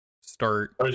start